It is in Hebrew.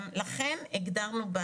לכן הגדרנו.